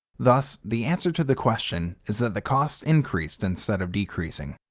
thus, the answer to the question is that the costs increased instead of decreasing.